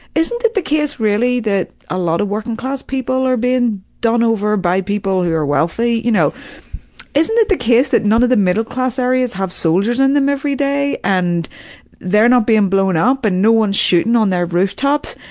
isn't it the case really that a lot of working class people are being done over by people who are wealthy? you know isn't it the case that none of the middle class areas have soldiers in them everyday? and they're not being blown up and no one is shooting on their rooftops?